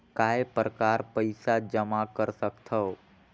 काय प्रकार पईसा जमा कर सकथव?